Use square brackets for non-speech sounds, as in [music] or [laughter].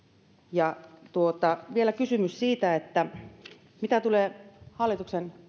ja vielä kysymykseen siitä mitä tulee hallituksen [unintelligible]